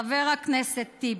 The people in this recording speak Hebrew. חבר הכנסת טיבי: